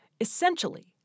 Essentially